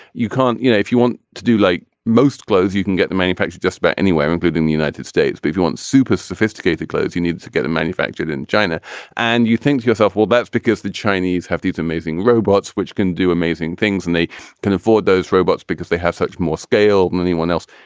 you can't you know if you want to do like most clothes you can get them manufactured just about anywhere including the united states. but if you want super sophisticated clothes you need to get them manufactured in china and you think to yourself well that's because the chinese have these amazing robots which can do amazing things and they can afford those robots because they have such more scale and anyone one else.